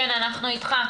אנחנו איתך.